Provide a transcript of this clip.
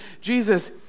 Jesus